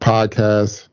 Podcast